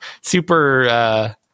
super